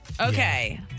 Okay